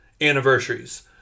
anniversaries